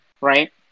right